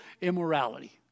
immorality